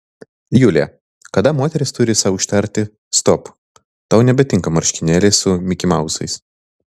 julija kada moteris turi sau ištarti stop tau nebetinka marškinėliai su mikimauzais